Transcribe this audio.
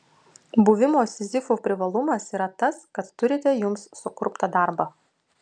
buvimo sizifu privalumas yra tas kad turite jums sukurptą darbą